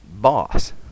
boss